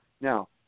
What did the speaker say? Now